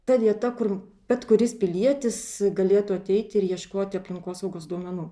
ta vieta kur bet kuris pilietis galėtų ateiti ir ieškoti aplinkosaugos duomenų